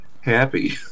happy